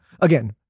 Again